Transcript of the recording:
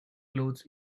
clothes